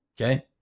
Okay